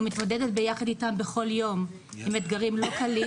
ומתמודדת ביחד איתם בכל יום עם אתגרים לא קלים